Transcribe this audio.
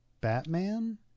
Batman